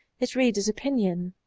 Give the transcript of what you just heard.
his reader's opinion.